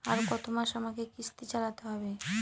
আর কতমাস আমাকে কিস্তি চালাতে হবে?